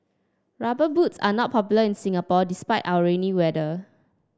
rubber boots are not popular in Singapore despite our rainy weather